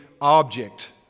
object